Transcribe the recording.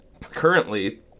currently